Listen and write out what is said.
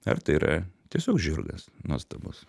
ar tai yra tiesiog žirgas nuostabus